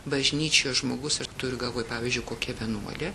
bažnyčios žmogus aš turiu galvoj pavyzdžiui kokia vienuolė